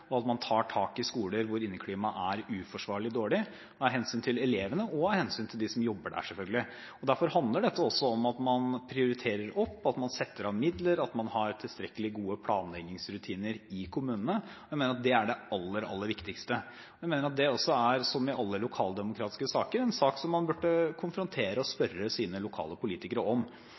og at man tar tak i skoler hvor inneklimaet er uforsvarlig dårlig – av hensyn til elevene og av hensyn til dem som jobber der, selvfølgelig. Derfor handler dette også om at man prioriterer opp, at man setter av midler, og at kommunene har tilstrekkelig gode planleggingsrutiner. Jeg mener at det er det aller, aller viktigste. Men jeg mener at det også er en sak som man – som i alle lokaldemokratiske saker – burde konfrontere sine lokale politikere med, og spørre